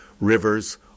rivers